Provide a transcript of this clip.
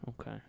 Okay